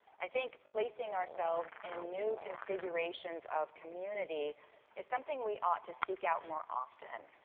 i think placing ourselves in new configurations of community is something we ought to seek out more often.